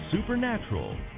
supernatural